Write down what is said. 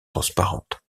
transparente